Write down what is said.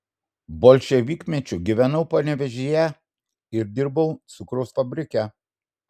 bolševikmečiu gyvenau panevėžyje ir dirbau cukraus fabrike